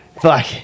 Fuck